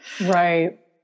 Right